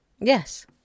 Yes